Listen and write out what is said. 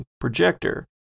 projector